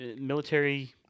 military